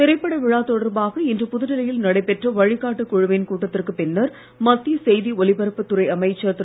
திரைப்பட விழா தொடர்பாக இன்று புதுடெல்லியில் நடைபெற்ற வழிகாட்டு குழுவின் கூட்டத்திற்கு பின்னர் மத்திய செய்தி ஒலிபரப்புத் துறை அமைச்சர் திரு